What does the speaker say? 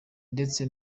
ndetse